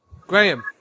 Graham